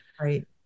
right